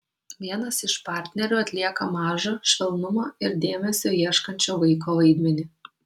vienas iš partnerių atlieka mažo švelnumo ir dėmesio ieškančio vaiko vaidmenį